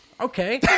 okay